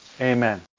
Amen